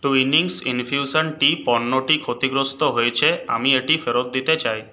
Twinings infusion tea পণ্যটি ক্ষতিগ্রস্ত হয়েছে আমি এটি ফেরত দিতে চাই